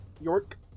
York